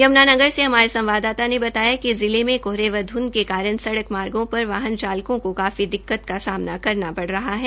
यमुनानगर से हमारे संवददाता ने बताया है कि जिले में कोहरे व ध्ंध के कारण सड़क मार्गो पर वाहन चालकों को काफी दिक्कत का सामना करना पड़ रहा है